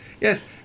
yes